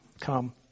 come